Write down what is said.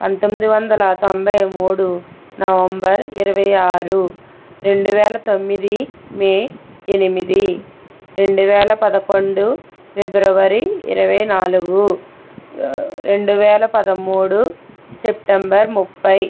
పంతొమ్మిది వందల తొంభై మూడు నవంబర్ ఇరవై ఆరు రెండు వేల తొమ్మిది మే ఎనిమిది రెండు వేల పదకొండు ఫిబ్రవరి ఇరవై నాలుగు రెండు వేల పదమూడు సెప్టెంబర్ ముఫై